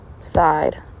side